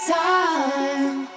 time